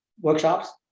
workshops